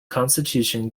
constitution